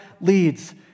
leads